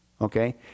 okay